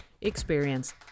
experience